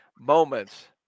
moments